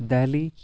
Delhi